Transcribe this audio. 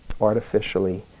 artificially